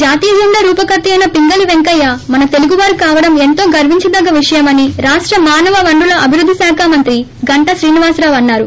జాతీయ జెండా రూపకర్తయైన పింగళి పెంకయ్య మన తెలుగువారు కావడం ఎంతో గర్వించదగ్గ విషయమని రాష్ట మానవ వనరుల అభివృద్ది శాఖ మంత్రి గంటా శ్రీనివాసరావు అన్నారు